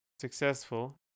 successful